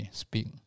speak